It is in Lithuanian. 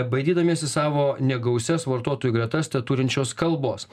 baidydamiesi savo negausias vartotojų gretas teturinčios kalbos